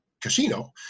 Casino